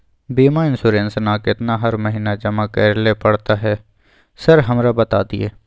बीमा इन्सुरेंस ना केतना हर महीना जमा करैले पड़ता है सर हमरा बता दिय?